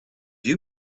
you